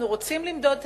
אנחנו רוצים למדוד הישגים,